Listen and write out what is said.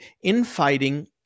infighting